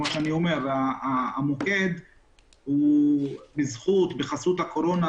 המוקד בחסות הקורונה,